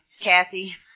Kathy